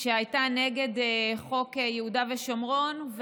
שהייתה נגד חוק יהודה ושומרון,